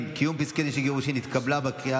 (קיום פסקי דין של גירושין) נתקבלה,